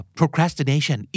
procrastination